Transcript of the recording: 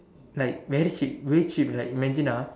like very cheap way cheap like imagine ah